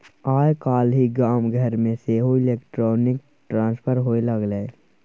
आय काल्हि गाम घरमे सेहो इलेक्ट्रॉनिक ट्रांसफर होए लागलै